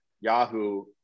Yahoo